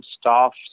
staff